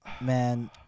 Man